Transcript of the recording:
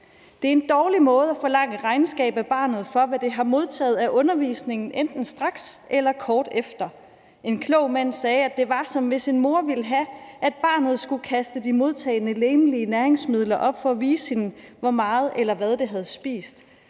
Det er en dårlig måde at forlange regnskab af barnet for, hvad det har modtaget af undervisningen enten straks eller kort efter. En klog mand sagde, at det var, som hvis en moder ville have, at barnet skulle kaste de modtagne legemlige næringsmidler op for at vise hende, hvor meget eller hvad det havde spist.